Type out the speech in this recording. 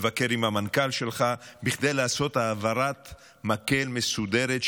נבקר עם המנכ"ל שלך כדי לעשות העברת מקל מסודרת,